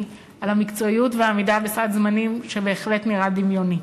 על המקצועיות והעמידה בסד זמנים שבהחלט נראה דמיוני,